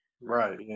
Right